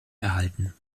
erhalten